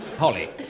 Holly